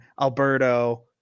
Alberto